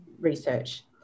research